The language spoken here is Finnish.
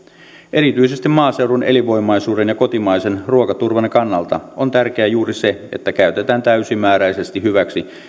erityisesti maaseudun elinvoimaisuuden ja kotimaisen ruokaturvan kannalta on tärkeää juuri se että käytetään täysimääräisesti hyväksi